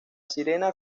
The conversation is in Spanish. sirena